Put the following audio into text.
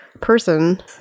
person